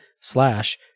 slash